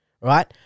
Right